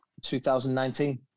2019